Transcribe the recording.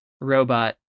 robot